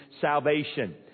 salvation